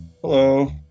Hello